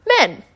men